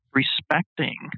respecting